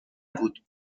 بود